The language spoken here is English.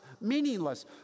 meaningless